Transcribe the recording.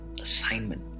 assignment